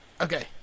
Okay